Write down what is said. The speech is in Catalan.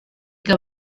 que